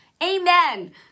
Amen